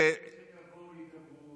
אני לא מזלזל בזה,